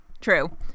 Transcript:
true